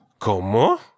¿Cómo